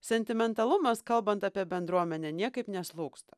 sentimentalumas kalbant apie bendruomenę niekaip neslūgsta